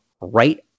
right